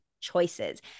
choices